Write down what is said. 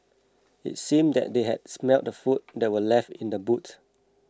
it seemed that they had smelt the food that were left in the boot